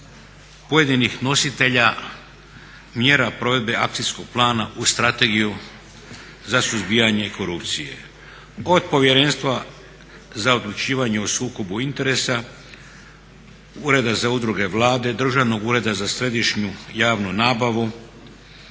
pojedinih nositelja mjera provedbe akcijskog plana uz Strategiju za suzbijanje korupcije. Od Povjerenstva za odlučivanje o sukobu interesa, Ureda za udruge Vlade, Državnog ureda za središnju javnu nabavu,